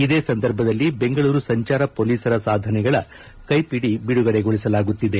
ಇದೇ ಸಂದರ್ಭದಲ್ಲಿ ಬೆಂಗಳೂರು ಸಂಚಾರ ಪೊಲೀಸರ ಸಾಧನೆಗಳ ಕೈಪಿಡಿ ಬಿಡುಗಡೆಗೊಳಿಸಲಾಗುತ್ತಿದೆ